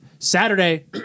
Saturday